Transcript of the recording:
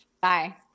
Bye